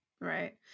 Right